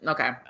Okay